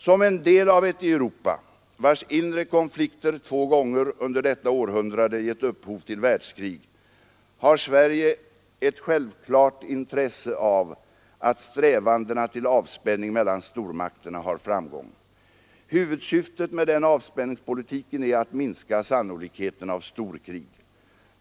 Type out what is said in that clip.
Som del av ett Europa, vars inre konflikter två gånger under detta århundrade gett upphov till världskrig, har Sverige ett självklart intresse av att strävandena till avspänning mellan stormakterna har framgång. Huvudsyftet med avspänningspolitiken är att minska sannolikheten av storkrig.